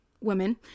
women